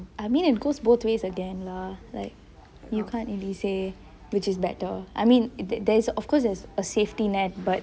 I mean it goes both ways again like you can't really say which is better I mean there is of course there is a safety net but